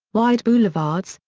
wide boulevards,